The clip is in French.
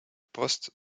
poste